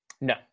no